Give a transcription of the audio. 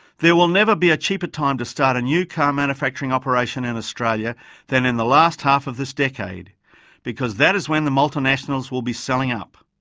there will never be a cheaper time to start a new car manufacturing operation in australia than in the last half of this decade because that is when the multinationals will be selling up.